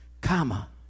Comma